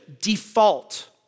default